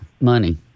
money